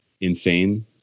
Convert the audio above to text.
insane